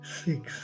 six